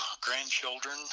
grandchildren